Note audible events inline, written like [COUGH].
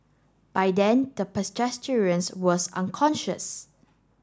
by then the [UNINTELLIGIBLE] was unconscious